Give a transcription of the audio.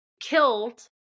killed